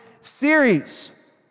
series